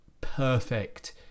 perfect